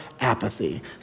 apathy